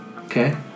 Okay